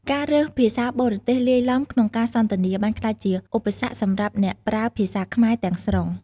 ការរើសភាសាបរទេសលាយទ្បំក្នុងការសន្ទនាបានក្លាយជាឧបសគ្គសម្រាប់អ្នកប្រើភាសាខ្មែរទាំងស្រុង។